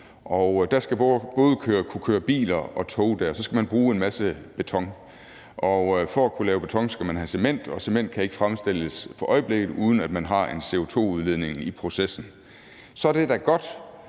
der både skal kunne køre biler og tog, så skal man bruge en masse beton. For at kunne lave beton, skal man have cement, og cement kan ikke for øjeblikket fremstilles, uden at man har en CO2-udledning i processen. Så er det da godt,